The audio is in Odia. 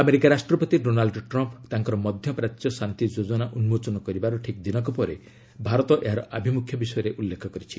ଆମେରିକା ରାଷ୍ଟ୍ରପତି ଡୋନାଲ୍ଡ୍ ଟ୍ରମ୍ପ୍ ତାଙ୍କର ମଧ୍ୟ ପ୍ରାଚ୍ୟ ଶାନ୍ତି ଯୋଜନା ଉନ୍କୋଚନ କରିବାର ଠିକ୍ ଦିନକ ପରେ ଭାରତ ଏହାର ଆଭିମୁଖ୍ୟ ବିଷୟରେ ଉଲ୍ଲେଖ କରିଛି